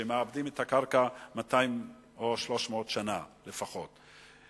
שמעבדים את הקרקע 200 או 300 שנה לפחות.